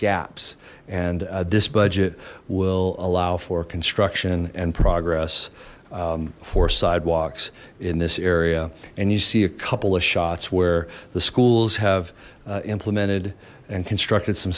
gaps and this budget will allow for construction and progress for sidewalks in this area and you see a couple of shots where the schools have implemented and constructed some